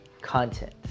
content